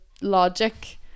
logic